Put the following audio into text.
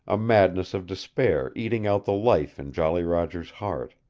a madness of despair eating out the life in jolly roger's heart.